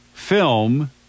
film